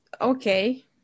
okay